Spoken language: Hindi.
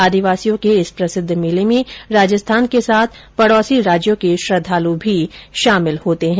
आदिवासियों के इस प्रसिद्ध मेले में राजस्थान के साथ पडोसी राज्यों के श्रद्वालु भी शामिल होते है